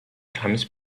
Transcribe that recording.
times